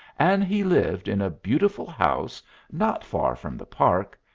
and he lived in a beautiful house not far from the park,